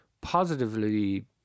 positively